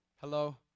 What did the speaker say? hello